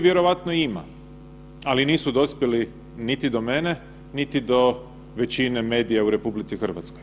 Vjerojatno ima, ali nisu dospjeli niti do mene, niti do većine medija u RH.